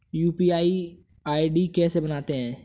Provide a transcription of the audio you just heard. UPI ID कैसे बनाते हैं?